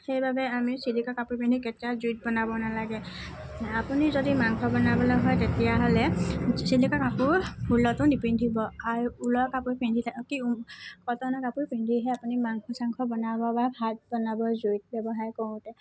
সেইবাবে আমি ছিল্কৰ কাপোৰ পিন্ধি কেতিয়াও জুইত বনাব নালাগে আপুনি যদি মাংস বনাবলৈ হয় তেতিয়াহ'লে ছিল্কৰ কাপোৰ ভুলতো নিপিন্ধিব আৰু ঊলৰ কাপোৰ পিন্ধি কি কটনৰ কাপোৰ পিন্ধিহে আপুনি মাংস চাংস বানব বা ভাত বনাব জুই ব্যৱহাৰ কৰোঁতে